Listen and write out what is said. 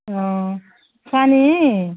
కానీ